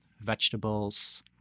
vegetables